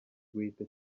guhita